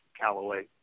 Callaway